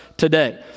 Today